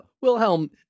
Wilhelm